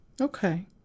Okay